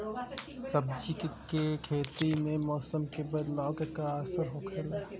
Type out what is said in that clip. सब्जी के खेती में मौसम के बदलाव क का असर होला?